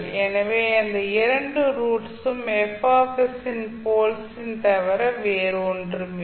எனவே அந்த இரண்டு ரூட்ஸ் ம் இன் போல்ஸ் தவிர வேறொன்றுமில்லை